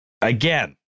again